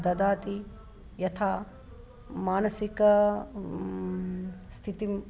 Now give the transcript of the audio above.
ददाति यथा मानसिकं स्थितिम्